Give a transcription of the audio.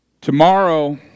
Tomorrow